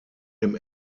dem